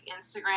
Instagram